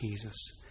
Jesus